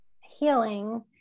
healing